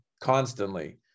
constantly